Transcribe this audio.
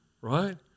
right